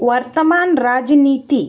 वर्तमान राजनीति